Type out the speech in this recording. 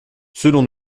selon